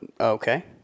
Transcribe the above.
Okay